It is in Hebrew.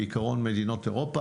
בעיקרון מדינות אירופה.